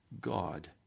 God